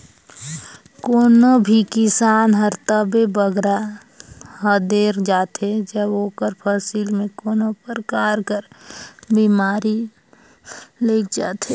कोनो भी किसान हर तबे बगरा हदेर जाथे जब ओकर फसिल में कोनो परकार कर बेमारी लइग जाथे